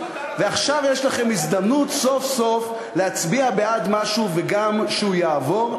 ועכשיו יש לכם הזדמנות סוף-סוף להצביע בעד משהו וגם שהוא יעבור.